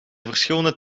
verschillende